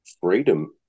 freedom